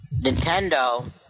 Nintendo